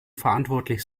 verantwortlich